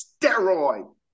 steroid